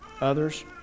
others